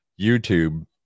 YouTube